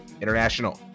international